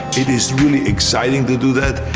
it is really exciting to do that,